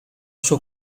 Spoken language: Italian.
sua